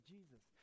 Jesus